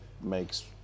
makes